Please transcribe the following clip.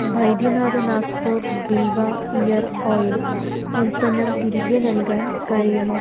Baidyanath Nagpur Bilva hair oil ഉൽപ്പന്നം തിരികെ നൽകാൻ കഴിയുമോ